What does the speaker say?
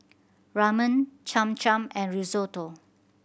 Ramen Cham Cham and Risotto